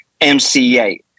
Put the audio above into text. MCA